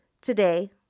Today